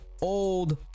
old